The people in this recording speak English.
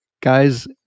guys